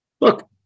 look